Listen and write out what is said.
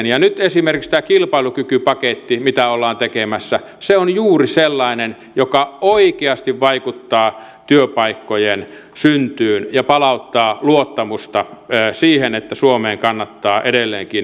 nyt esimerkiksi tämä kilpailukykypaketti mitä ollaan tekemässä on juuri sellainen joka oikeasti vaikuttaa työpaikkojen syntyyn ja palauttaa luottamusta siihen että suomeen kannattaa edelleenkin investoida